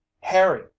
Harry